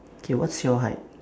K what's your height